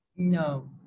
No